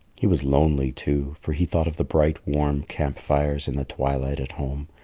he was lonely, too, for he thought of the bright warm camp fires in the twilight at home,